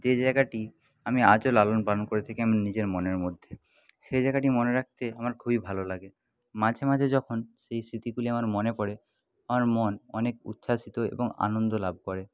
যে জায়গাটি আমি আজও লালন পালন করে থাকি আমি নিজের মনের মধ্যে সে জায়গাটি মনে রাখতে আমার খুবই ভালো লাগে মাঝে মাঝে যখন সেই স্মৃতিগুলি আমার মনে পড়ে আমার মন অনেক উচ্ছ্বাসিত এবং আনন্দ লাভ করে